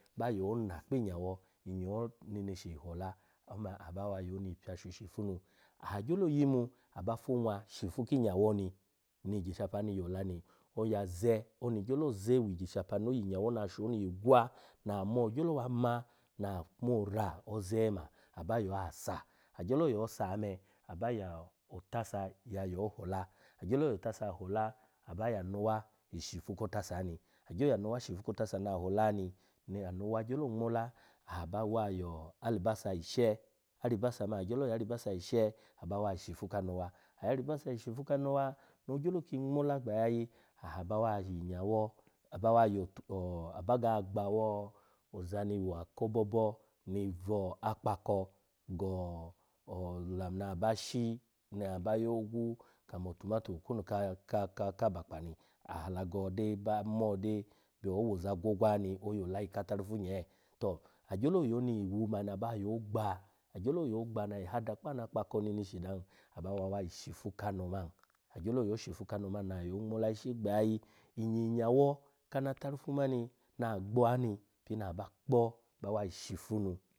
Aba yo na kpi inyawo, yi inyawo neneshi hola ome aba wa yoni pyoshu shifu nu, aha gyolo yimu aba fo onwa shifu ki inyawo oni, ni igyishapa ani yola ni, oya za, oni gyelo ze wi igyishapa no yi inyo na asho yigwa na agyolo wa ma na amo ra oze ma, aba yo asa, agyelo yosa me, aba ya otasa yayo hola, agyolo yo otasa hola aba ya anowa shifu ko otasa ni, agyo ya anowa shifu ko otasa na hola ni, ni anowa gyolo ngmola aha abawa yo alibasa yishe, aribasa man agyo ya aribasa yishe abawa shifu kanowa aya aribasa shifu kanowa no ogyolo ki ngmola gbayayi aha bawa hi inyawo aba yo otu aba ga gba awo ozani wa ko obobo ni vo akpako go olamu na aba shi ni aba yogwu mo otumatu okwunu ka-ka kabakpa ni aha alago de ba mo de byo owoza gwogwa ni oyo olayi ka atarifu nyee, to agyolo yo oni yiwu mani abawa yogba agyolo yogba na ayi hada kpa ana akpako neneshi dan aba wa wa shifu kano man, agyola shifu kano man na ayo ngmola ishi gbayayi, inyi nyawo kanatarifu mani na pini aba kpo bawa yi shifu nu.